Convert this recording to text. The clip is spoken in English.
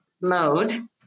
mode